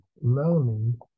learning